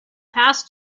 passed